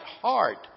heart